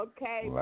Okay